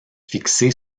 fixé